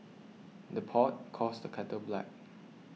the pot calls the kettle black